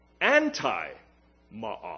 anti-ma'at